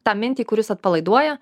tą mintį kuri jus atpalaiduoja